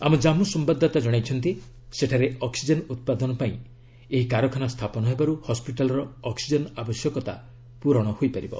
ଆମ ଜାନ୍ମୁ ସମ୍ଘାଦଦାତା ଜଣାଇଛନ୍ତି ସେଠାରେ ଅକ୍ୱିଜେନ୍ ଉତ୍ପାଦନ ପାଇଁ ଏହି କାରଖାନା ସ୍ଥାପନ ହେବାରୁ ହସ୍କିଟାଲର ଅକ୍ୱିଜେନ୍ ଆବଶ୍ୟକତା ପୂରଣ ହୋଇପାରିବ